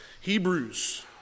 Hebrews